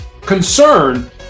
concern